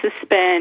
suspend